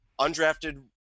undrafted